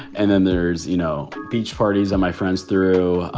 and then there's, you know, beach parties are my friends through,